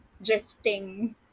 Drifting